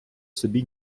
собі